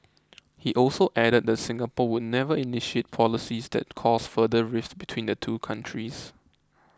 he also added that Singapore would never initiate policies that cause further rift between the two countries